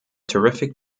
terrific